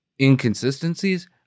inconsistencies